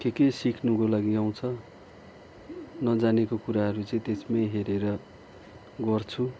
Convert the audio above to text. के के सिक्नुको लागि आउँछ नजानेको कुराहरू चाहिँ त्यसमै हेरेर गर्छु